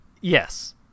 Yes